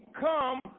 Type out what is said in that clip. come